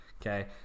Okay